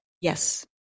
Yes